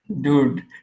dude